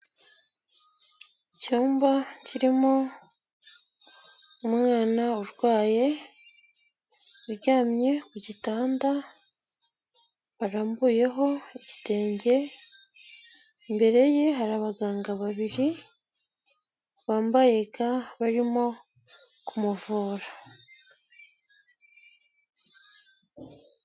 Icyumba kirimo umwana urwaye, uryamye ku gitanda, arambuyeho igitenge, imbere ye hari abaganga babiri bambaye ga barimo kumuvura.